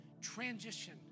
Transition